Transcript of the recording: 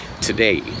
today